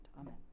Amen